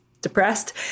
depressed